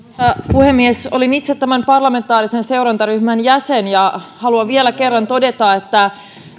puhemies olin itse tämän parlamentaarisen seurantaryhmän jäsen ja haluan vielä kerran todeta että